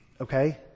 Okay